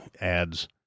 ads